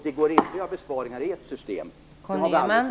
Det går inte att göra besparingar i ert system, det har vi aldrig sagt.